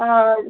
ହଁ